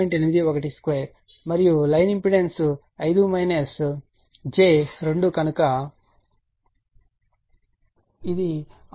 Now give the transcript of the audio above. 812 మరియు line impedance 5 j2 కనుక ఇది 695